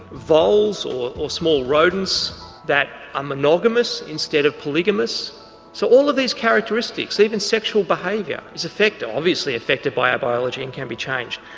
voles or or small rodents that are ah monogamous instead of polygamous so all of these characteristics, even sexual behaviour is affected, obviously affected by our biology and can be changed.